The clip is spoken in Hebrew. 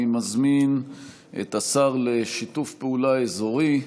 אני מזמין את השר לשיתוף פעולה אזורי,